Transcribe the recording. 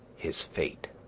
his fate.